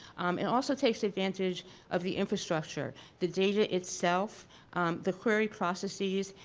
it also takes advantage of the infrastructure the data itself the query processes,